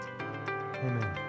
Amen